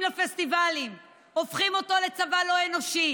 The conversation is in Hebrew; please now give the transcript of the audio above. היא לא מוכנה.